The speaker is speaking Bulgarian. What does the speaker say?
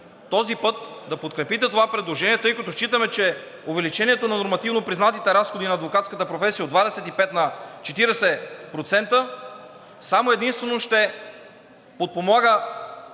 този път да подкрепите това предложение, тъй като считаме, че увеличението на нормативно признатите разходи на адвокатската професия от 25 на 40% само и единствено ще подпомага